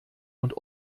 und